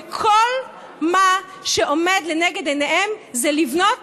וכל מה שעומד לנגד עיניהם זה לבנות,